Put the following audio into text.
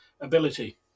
ability